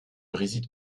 réside